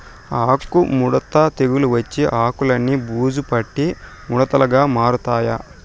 ఆకు ముడత తెగులు వచ్చి ఆకులన్ని బూజు పట్టి ముడతలుగా మారతాయి